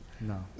No